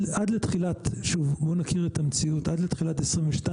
בואו נכיר את המציאות עד לתחילת 2022